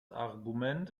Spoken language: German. argument